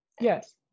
Yes